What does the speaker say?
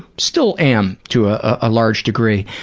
still am to a ah large degree,